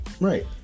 Right